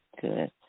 good